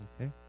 Okay